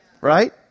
right